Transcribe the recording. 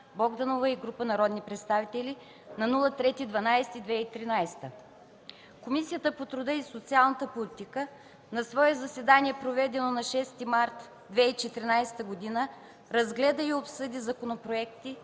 Богданова и група народни представители на 3 декември 2013 г. Комисията по труда и социалната политика на свое заседание, проведено на 6 март 2014 г., разгледа и обсъди Законопроекти